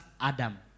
Adam